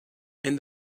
and